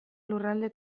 lurralde